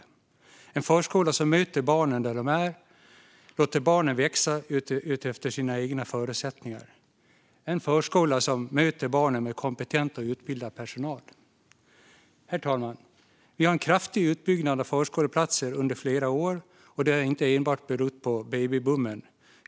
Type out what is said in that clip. Det är en förskola som möter barnen där de är och låter barnen växa utifrån sina egna förutsättningar och en förskola som möter barnen med kompetent och utbildad personal. Herr talman! Vi har haft en kraftig utbyggnad av antalet förskoleplatser under flera år, och det har inte enbart berott på babyboomen.